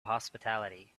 hospitality